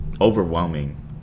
overwhelming